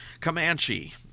Comanche